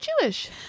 jewish